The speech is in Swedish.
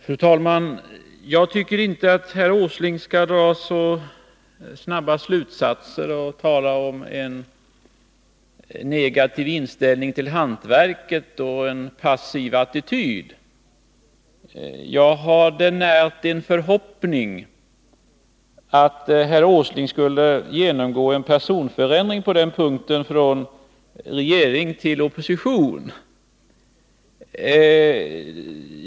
Fru talman! Jag tycker inte att herr Åsling skall dra så snabba slutsatser och tala om en negativ inställning till hantverket och en passiv attityd. Jag hade närt den förhoppningen att herr Åsling skulle genomgå en personförändring på den punkten från regering till opposition.